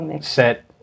set